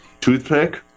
toothpick